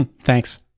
Thanks